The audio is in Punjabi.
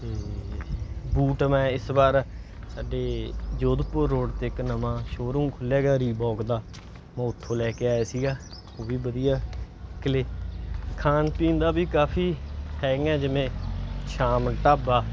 ਅਤੇ ਬੂਟ ਮੈਂ ਇਸ ਵਾਰ ਸਾਡੇ ਜੋਧਪੁਰ ਰੋਡ 'ਤੇ ਇੱਕ ਨਵਾਂ ਸ਼ੋਅਰੂਮ ਖੁੱਲ੍ਹਿਆ ਗਾ ਰੀਬੋਕ ਦਾ ਮੈਂ ਉੱਥੋਂ ਲੈ ਕੇ ਆਇਆ ਸੀਗਾ ਉਹ ਵੀ ਵਧੀਆ ਨਿਕਲੇ ਖਾਣ ਪੀਣ ਦਾ ਵੀ ਕਾਫੀ ਹੈਗੀਆਂ ਜਿਵੇਂ ਸ਼ਾਮ ਢਾਬਾ